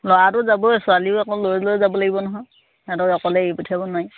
ল'ৰাটো যাবই ছোৱালীও আকৌ লৈ লৈ যাব লাগিব নহয় সিহঁতক এৰি পঠিয়াব নোৱাৰি